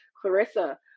Clarissa